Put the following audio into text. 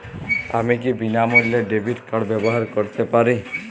আমি কি বিনামূল্যে ডেবিট কার্ড ব্যাবহার করতে পারি?